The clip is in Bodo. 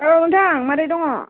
औ नोंथां माबोरै दङ